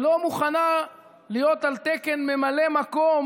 שלא מוכנה להיות על תקן ממלא מקום